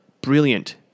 brilliant